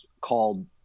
called